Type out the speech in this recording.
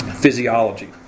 physiology